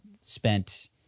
spent